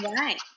Right